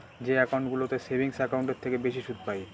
যে একাউন্টগুলোতে সেভিংস একাউন্টের থেকে বেশি সুদ পাই